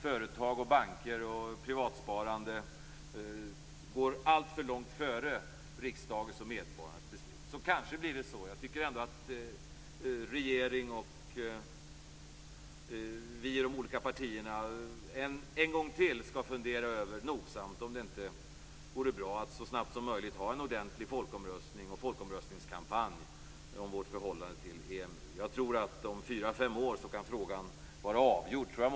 Företag, banker och privatsparare kan komma att alltför mycket föregripa riksdagens och medborgarnas beslut. Jag tycker att regeringen och de olika partierna en gång till nogsamt skall fundera över om det inte vore bra att så snabbt som möjligt genomföra en ordentlig folkomröstning med tillhörande kampanj om vårt förhållande till EMU. Jag tror att frågan kan vara avgjord om fyra, fem år.